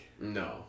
no